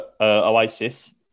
Oasis